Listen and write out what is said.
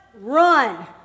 run